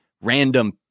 random